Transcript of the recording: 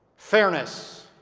fairness,